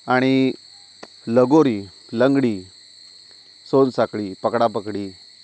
आणि लगोरी लंगडी सोनसाखळी पकडापकडी